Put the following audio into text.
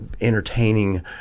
entertaining